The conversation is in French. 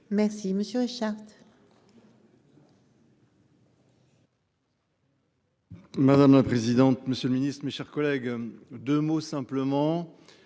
Merci monsieur Richard.